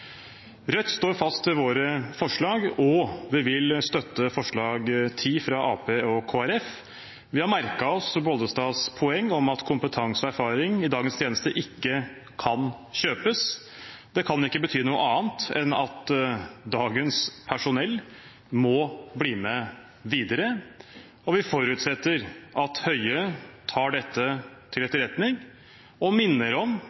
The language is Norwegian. Rødt står fast på våre forslag, og vi vil støtte forslag nr. 10, fra Arbeiderpartiet, Kristelig Folkeparti og Miljøpartiet De Grønne. Vi har merket oss Bollestads poeng om at kompetanse og erfaring i dagens tjeneste ikke kan kjøpes. Det kan ikke bety noe annet enn at dagens personell må bli med videre. Vi forutsetter at Høie tar dette til etterretning, og minner om